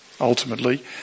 Ultimately